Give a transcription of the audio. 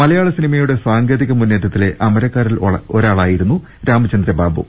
മലയാള സിനിമയുടെ സാങ്കേതിക മുന്നേറ്റത്തിലെ അമരക്കാരിൽ ഒരാളായിരുന്നു രാമചന്ദ്രബാബു